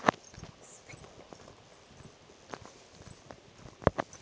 Sprinkler ಒಳ್ಳೇದೇ?